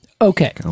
Okay